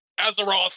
Azeroth